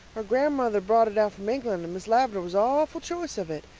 her grandmother brought it out from england and miss lavendar was awful choice of it.